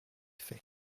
fait